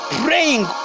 praying